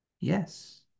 Yes